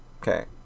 Okay